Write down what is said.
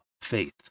faith